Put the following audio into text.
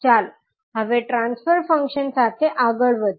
ચાલો હવે transfer function સાથે આગળ વધીએ